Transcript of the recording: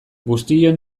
guztion